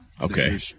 Okay